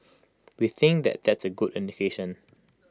we think that that's A good indication